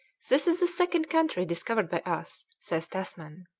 this is the second country discovered by us, says tasman.